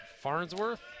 Farnsworth